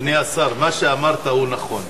אדוני השר, מה שאמרת הוא נכון.